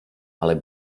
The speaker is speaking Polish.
ale